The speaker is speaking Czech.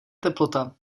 teplota